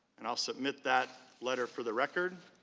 and i will submit that letter for the record